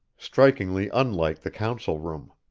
strikingly unlike the council room.